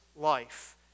life